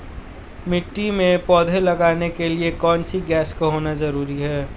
मिट्टी में पौधे उगाने के लिए कौन सी गैस का होना जरूरी है?